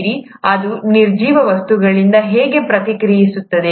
ನೀವು ಯಾವುದನ್ನು ಲೈಫ್ ಎಂದು ಕರೆಯುತ್ತೀರಿ ಮತ್ತು ಅದು ನಿರ್ಜೀವ ವಸ್ತುಗಳಿಂದ ಹೇಗೆ ಪ್ರತ್ಯೇಕಿಸುತ್ತದೆ